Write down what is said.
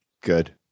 Good